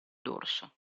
dorso